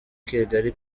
kigali